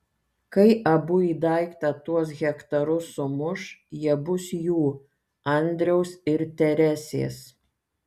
kai abu į daiktą tuos hektarus sumuš jie bus jų andriaus ir teresės